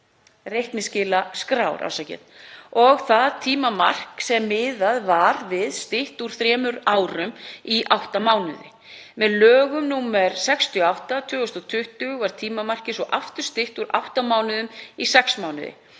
reikningsskilaskrár og það tímamark sem miðað var við stytt úr þremur árum í átta mánuði. Með lögum nr. 68/2020 var tímamarkið svo aftur stytt úr átta mánuðum í sex mánuði.